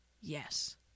Yes